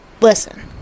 listen